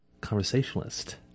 conversationalist